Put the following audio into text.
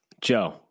Joe